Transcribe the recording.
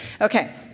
Okay